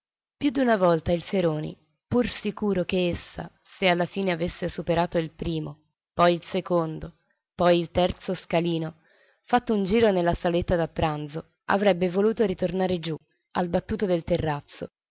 rocciosa più d'una volta il feroni pur sicuro che essa se alla fine avesse superato il primo poi il secondo poi il terzo scalino fatto un giro nella saletta da pranzo avrebbe voluto ritornare giù al battuto del terrazzo